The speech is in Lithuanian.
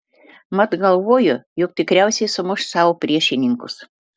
mat galvojo jog tikriausiai sumuš savo priešininkus